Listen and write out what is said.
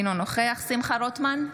אינו נוכח שמחה רוטמן,